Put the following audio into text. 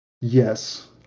yes